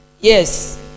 yes